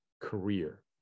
career